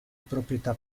proprietà